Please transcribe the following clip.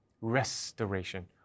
restoration